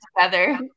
together